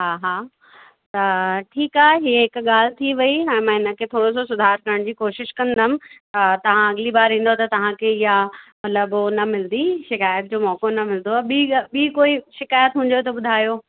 हा हा त ठीकु आहे हीअ हिकु ॻाल्हि थी वयी हाणे मां इनके थोरो सो सुधार करण जी कोशिश कंदमि त तव्हां अगली बार ईंदव त तव्हां खे इहा मतिलबु हू न मिलंदी शिकायत जो मौक़ो न मिलंदो ॿी ॿी कोई शिकायत हुजेव त ॿुधायो